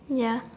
ya